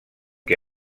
que